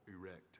erect